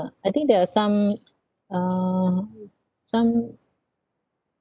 I think there are some uh some